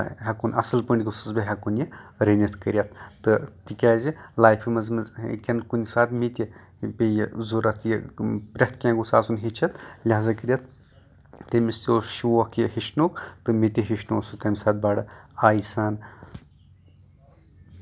ہٮ۪کُن اَصٕل پٲٹھۍ گوژھُس بہٕ ہٮ۪کُن یہِ رٔنِتھ کٔرِتھ تہٕ تِکیٚازِ لایفہِ منٛز منٛز ہٮ۪کَن کُنہِ ساتہٕ مےٚ تہِ پیٚیہِ ضوٚرَتھ یہِ پریٚتھ کیٚاہ گوژھ آسُن ہٮ۪چھِتھ لِہزا کٔرِتھ تٔمِس تہِ اوس شوق یہِ ہیٚچھنُک تہٕ مےٚ تہِ ہٮ۪چھنوو سُہ بَڑٕ آیہِ سان